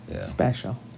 special